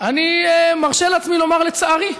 אני מרשה לעצמי לומר: לצערי,